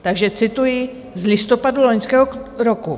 Takže cituji z listopadu loňského roku: